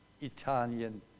Italian